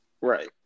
right